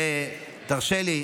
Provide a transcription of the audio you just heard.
ותרשה לי,